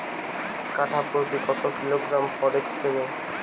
কাঠাপ্রতি কত কিলোগ্রাম ফরেক্স দেবো?